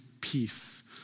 peace